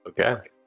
Okay